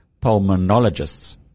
pulmonologists